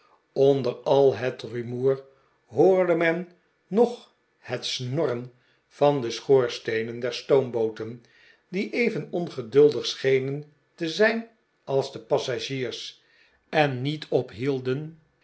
onder al het rumoer hoorde men nog het snorren van de schoorsteenen der stoombooten die even ongeduldig schenen te zijn als de passagiers en niet ophielden